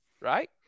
right